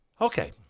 Okay